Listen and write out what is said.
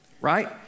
right